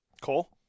Cole